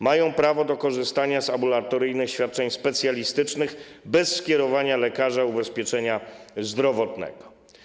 Mają oni prawo do korzystania z ambulatoryjnych świadczeń specjalistycznych bez skierowania lekarza ubezpieczenia zdrowotnego.